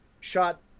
shot